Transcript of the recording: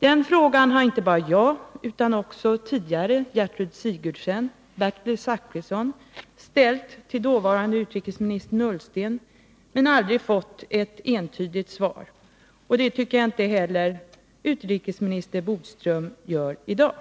Den frågan har inte bara jag utan också tidigare Gertrud Sigurdsen och Bertil Zachrisson ställt till dåvarande utrikesministern Ola Ullsten, men aldrig fått ett entydigt svar. Det tycker jag inte heller att utrikesminister Bodström ger i dag.